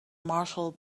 marshall